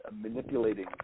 manipulating